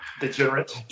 degenerate